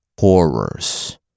horrors